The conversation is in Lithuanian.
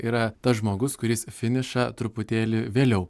yra tas žmogus kuris finišą truputėlį vėliau